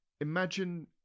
imagine